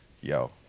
Yo